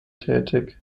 tätig